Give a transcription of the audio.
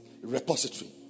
repository